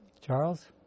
Charles